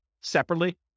separately